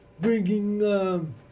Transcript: bringing